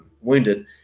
wounded